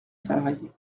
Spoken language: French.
salariés